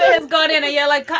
has gone in. yeah. like,